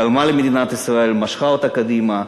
תרמה למדינת ישראל, משכה אותה קדימה.